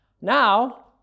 now